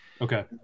Okay